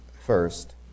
first